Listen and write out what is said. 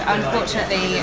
unfortunately